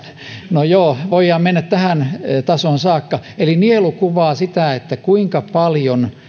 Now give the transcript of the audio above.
no joo voidaan mennä tähän tasoon saakka eli nielu kuvaa sitä kuinka paljon